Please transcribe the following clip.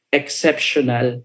exceptional